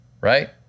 right